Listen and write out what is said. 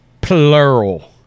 Plural